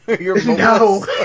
No